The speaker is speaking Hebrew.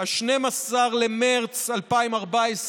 12 במרץ 2014,